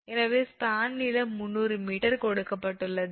எனவே ஸ்பான் நீளம் 300 m கொடுக்கப்பட்டுள்ளது